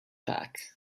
pack